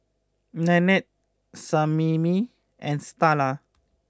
Nannette Sammie and Starla